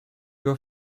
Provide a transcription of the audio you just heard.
your